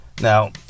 Now